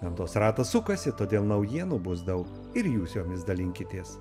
gamtos ratas sukasi todėl naujienų bus daug ir jūs jomis dalinkitės